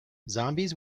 zombies